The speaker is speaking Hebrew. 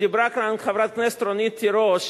ודיברה כאן חברת הכנסת רונית תירוש,